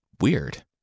weird